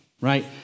right